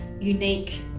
unique